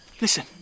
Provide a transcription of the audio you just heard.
listen